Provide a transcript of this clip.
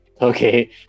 okay